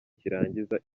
cy’irangiza